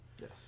yes